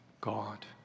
God